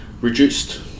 reduced